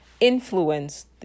influence